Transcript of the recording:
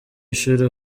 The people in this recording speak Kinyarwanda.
nshuro